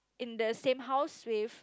in the same house with